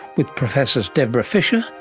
with professors debra fischer,